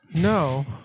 No